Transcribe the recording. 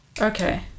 Okay